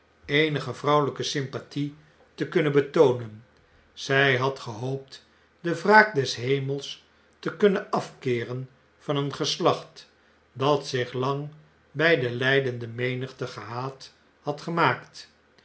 eenige vrouweljjke syinpathie te kunnen betoonen zjj had gehoopt de wraak des hemels te kunnen afkeeren van een geslacht dat zich lang bij de lljdende menigte gehaat had gemaakt